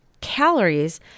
calories